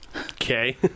Okay